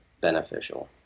beneficial